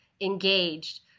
engaged